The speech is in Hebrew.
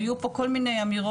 היו פה כל מיני אמירות,